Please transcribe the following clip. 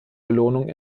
belohnung